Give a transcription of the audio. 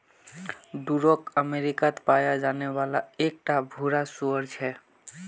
Duroc अमेरिकात पाया जाने वाला एक टा भूरा सूअर छे